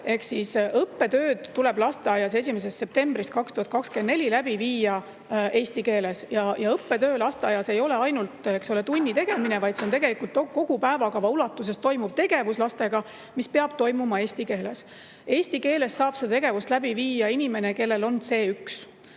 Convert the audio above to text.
Õppetööd tuleb lasteaias 1. septembrist 2024 läbi viia eesti keeles ja õppetöö lasteaias ei ole ainult tunni tegemine, vaid see on tegelikult kogu päevakava ulatuses toimuv tegevus lastega, mis peab toimuma eesti keeles. Eesti keeles saab seda tegevust läbi viia inimene, kellel on